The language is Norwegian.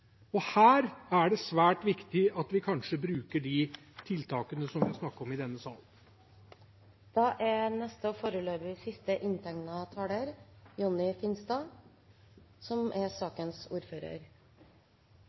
Her er det svært viktig at vi kanskje bruker de tiltakene som vi har snakket om i denne salen. Det har vært en fin debatt. Og som vi har fått avslørt i dag, er